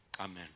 Amen